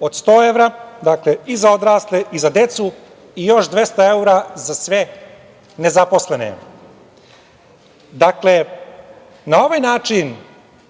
od 100 evra i za odrasle i za decu i još 200 evra za sve nezaposlene. Dakle, na ovaj način